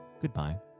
goodbye